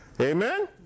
Amen